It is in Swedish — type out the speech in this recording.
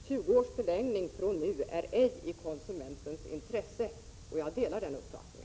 20 års förlängning från nu är ej i konsumentens intresse. Jag delar hennes uppfattning.